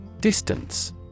Distance